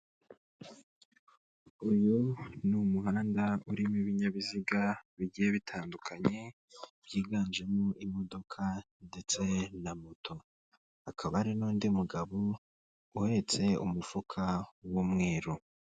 Uyu ni umuhanda urimo ibinyabiziga bigiye bitandukanye, byiganjemo imodoka ndetse na moto, akaba hari n'undi mugabo uhetse umufuka w'umweru.